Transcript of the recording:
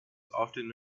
often